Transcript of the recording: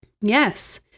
Yes